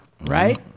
right